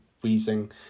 wheezing